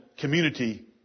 Community